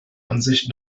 ansicht